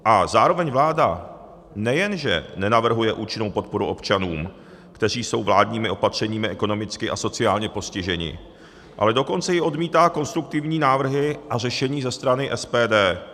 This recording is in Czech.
A zároveň vláda nejenže nenavrhuje účinnou podporu občanům, kteří jsou vládními opatřeními ekonomicky a sociálně postiženi, ale dokonce i odmítá konstruktivní návrhy a řešení ze strany SPD.